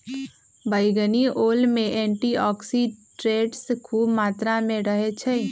बइगनी ओल में एंटीऑक्सीडेंट्स ख़ुब मत्रा में रहै छइ